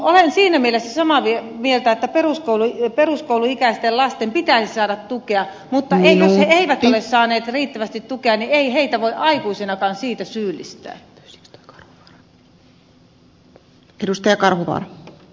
olen siinä mielessä samaa mieltä että peruskouluikäisten lasten pitäisi saada tukea mutta elleivät he ole saaneet riittävästi tukea niin ei heitä voi aikuisinakaan siitä syyllistää